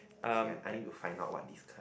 okay I I need to find out what this